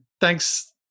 Thanks